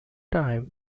times